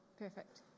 Perfect